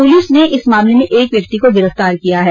police ने इस मामले में एक व्यक्ति को गिरफ्तार किया है